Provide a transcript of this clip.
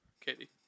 Katie